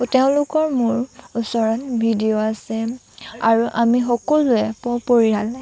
তেওঁলোকৰ মোৰ ওচৰত ভিডিঅ' আছে আৰু আমি সকলোৱে প পৰিয়ালে